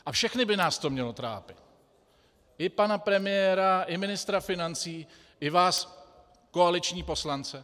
A všechny by nás to mělo trápit, i pana premiéra, i ministra financí, i vás, koaliční poslance.